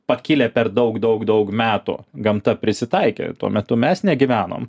pakilę per daug daug daug metų gamta prisitaikė tuo metu mes negyvenom